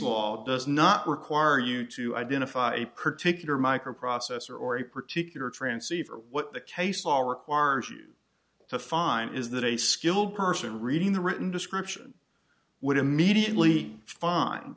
law does not require you to identify a particular microprocessor or a particular transceiver what the case law requires to find is that a skilled person reading the written description would immediately fin